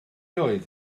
oedd